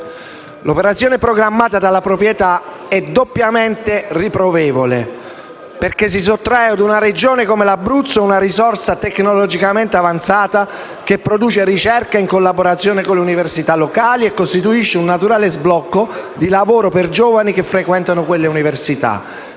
L'operazione programmata dalla proprietà è doppiamente riprovevole, innanzitutto perché si sottrae ad una Regione come l'Abruzzo una risorsa tecnologicamente avanzata, che produce ricerca in collaborazione con le università locali e costituisce un naturale sbocco di lavoro per i giovani che frequentano quelle università.